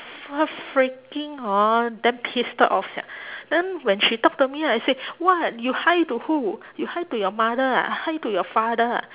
ya freaking hor damn pissed off sia then when she talk to me I say what you hi to who you hi to your mother ah hi to your father ah